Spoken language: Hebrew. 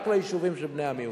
רק ליישובים של בני המיעוטים.